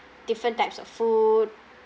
different types of food